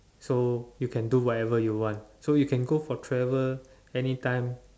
so you can do whatever you want so you can go for travel anytime